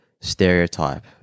stereotype